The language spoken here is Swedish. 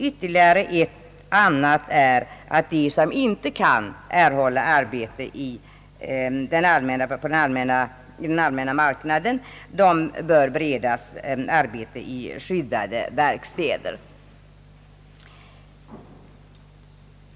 Ytterligare ett mål är att de som inte kan erhålla arbete i den allmänna marknaden bör beredas arbete i skyddade verkstäder.